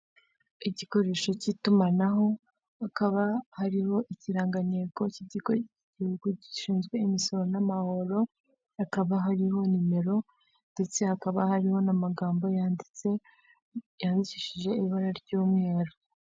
Igikoresho cy'itumanaho; hakaba hariho ikirangantego cy'ikigo cy'igihugu gishinzwe imisoro n'amahoro; hakaba hariho nimero ndetse hakaba hariho n'amagambo yanditse, yandikishije ibara ry'umweru.